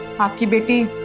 captivity